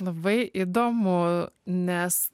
labai įdomu nes